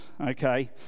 okay